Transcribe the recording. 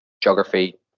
geography